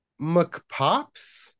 McPops